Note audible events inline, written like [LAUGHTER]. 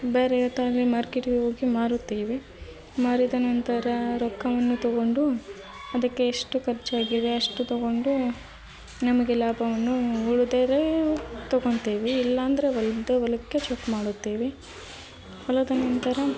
[UNINTELLIGIBLE] ಮಾರ್ಕೆಟಿಗೆ ಹೋಗಿ ಮಾರುತ್ತೇವೆ ಮಾರಿದ ನಂತರ ರೊಕ್ಕವನ್ನು ತೊಗೊಂಡು ಅದಕ್ಕೆ ಎಷ್ಟು ಖರ್ಚಾಗಿದೆ ಅಷ್ಟು ತೊಗೊಂಡು ನಮಗೆ ಲಾಭವನ್ನು ಉಳಿದರೆ ತೊಗೊತ್ತೇವಿ ಇಲ್ಲಾಂದರೆ [UNINTELLIGIBLE] ಮಾಡುತ್ತೇವೆ ಹೊಲದ ನಂತರ